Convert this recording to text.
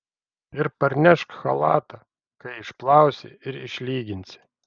ir parnešk chalatą kai išplausi ir išlyginsi